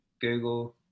Google